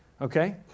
okay